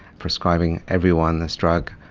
prescribing everyone this drug.